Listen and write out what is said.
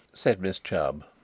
said miss chubb.